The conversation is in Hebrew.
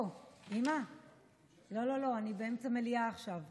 הלו, אימא, לא, לא, אני באמצע מליאה עכשיו.